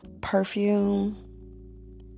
Perfume